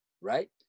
right